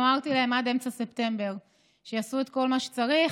אמרתי להם שיעשו את כל מה שצריך